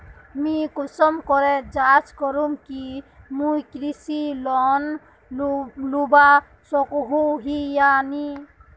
मुई कुंसम करे जाँच करूम की मुई कृषि लोन लुबा सकोहो ही या नी?